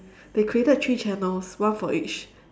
they created three channels one for each